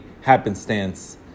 happenstance